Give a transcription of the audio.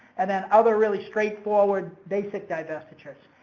and then other really straightforward basic divestitures.